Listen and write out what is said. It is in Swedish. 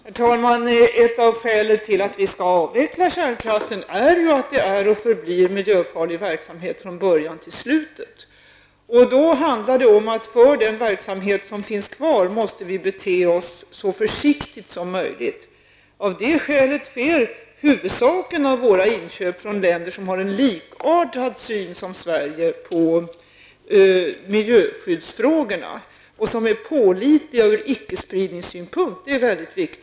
Herr talman! Ett av skälen till att vi skall avveckla kärnkraften är ju att den är och förblir miljöfarlig från början till slut. För den verksamhet som fortfarande finns kvar gäller det att vi måste bete oss så försiktigt som möjligt. Av det skälet sker huvudmängden av våra inköp från länder som har likartad syn som Sverige på miljöskyddsfrågor och som är pålitliga ur icke-spridningssynpunkt. Detta är väldigt viktigt.